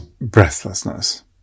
breathlessness